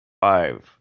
five